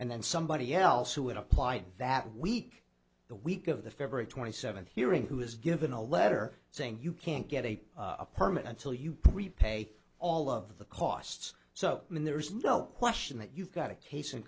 and then somebody else who had applied that week the week of the february twenty seventh hearing who was given a letter saying you can't get a a permanent till you prepay all of the costs so i mean there is no question that you've got a case